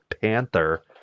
Panther